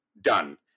Done